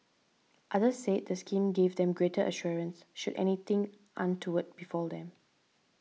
others said the scheme gave them greater assurance should anything untoward befall them